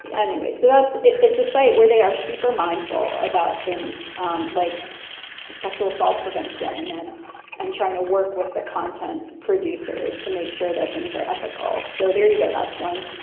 and anyway, so that's it's a site where they are super mindful about things um like sexual assault prevention and and trying to work with the content producers to make sure that things are ethical. so there you go. that's one.